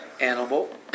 Animal